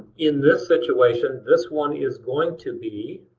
in this situation, this one is going to be.